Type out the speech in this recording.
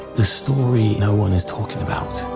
the story no one is talking about.